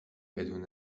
بدون